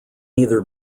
either